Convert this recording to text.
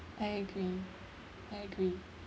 I agree I agree